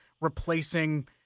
replacing –